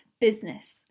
business